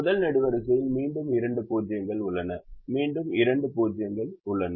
முதல் நெடுவரிசையில் மீண்டும் இரண்டு 0 கள் உள்ளன மீண்டும் இரண்டு 0 கள் உள்ளன